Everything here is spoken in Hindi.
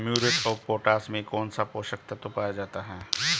म्यूरेट ऑफ पोटाश में कौन सा पोषक तत्व पाया जाता है?